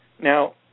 Now